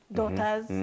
daughters